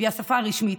שהיא השפה הרשמית,